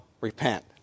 repent